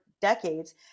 decades